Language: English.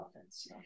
offense